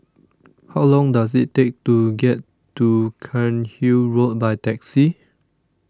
How Long Does IT Take to get to Cairnhill Road By Taxi